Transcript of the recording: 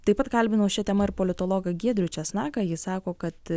taip pat kalbinau šia tema ir politologą giedrių česnaką ji sako kad